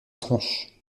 tronche